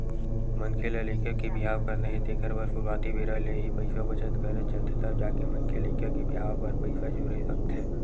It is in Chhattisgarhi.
मनखे ल लइका के बिहाव करना हे तेखर बर सुरुवाती बेरा ले ही पइसा बचत करत चलथे तब जाके मनखे लइका के बिहाव बर पइसा जोरे सकथे